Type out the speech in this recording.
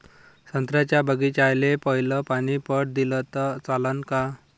संत्र्याच्या बागीचाले पयलं पानी पट दिलं त चालन का?